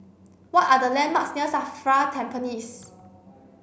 what are the landmarks near SAFRA Tampines